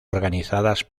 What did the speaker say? organizadas